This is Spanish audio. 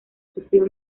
sufrió